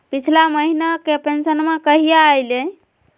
पिछला महीना के पेंसनमा कहिया आइले?